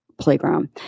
playground